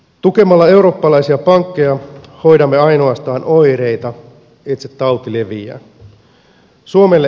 tukemalla eurooppalaisia pankkeja hoidamme ainoastaan oireita itse tauti leviää